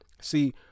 See